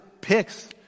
picks